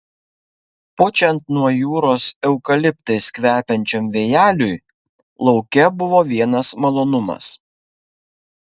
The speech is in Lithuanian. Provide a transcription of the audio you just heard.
pučiant nuo jūros eukaliptais kvepiančiam vėjeliui lauke buvo vienas malonumas